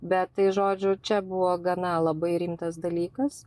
bet tai žodžiu čia buvo gana labai rimtas dalykas